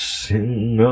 sing